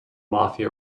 mafia